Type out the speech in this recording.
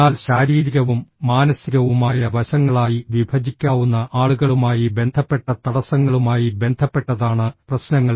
എന്നാൽ ശാരീരികവും മാനസികവുമായ വശങ്ങളായി വിഭജിക്കാവുന്ന ആളുകളുമായി ബന്ധപ്പെട്ട തടസ്സങ്ങളുമായി ബന്ധപ്പെട്ടതാണ് പ്രശ്നങ്ങൾ